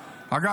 אמרתי.